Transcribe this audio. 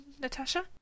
Natasha